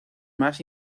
más